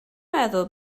meddwl